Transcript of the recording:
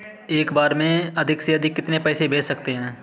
एक बार में अधिक से अधिक कितने पैसे भेज सकते हैं?